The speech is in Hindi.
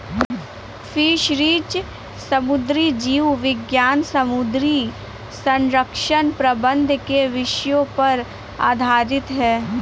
फिशरीज समुद्री जीव विज्ञान समुद्री संरक्षण प्रबंधन के विषयों पर आधारित है